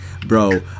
bro